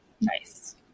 Nice